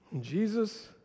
Jesus